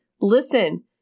listen